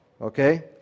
Okay